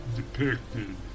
depicted